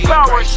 Power